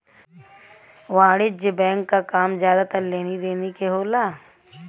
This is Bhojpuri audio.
वाणिज्यिक बैंक क काम जादातर लेनी देनी के होला